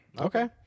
okay